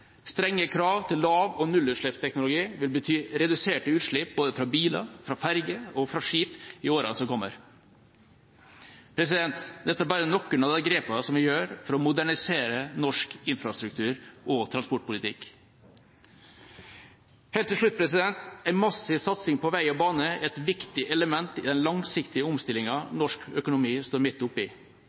Strenge krav til lav- og nullutslippsteknologi vil bety reduserte utslipp både fra biler, fra ferger og fra skip i åra som kommer. Dette er bare noen av de grepene som vi gjør for å modernisere norsk infrastruktur- og transportpolitikk. Helt til slutt: En massiv satsing på vei og bane er et viktig element i den langsiktige omstillingen norsk økonomi står midt oppe i.